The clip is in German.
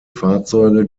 fahrzeuge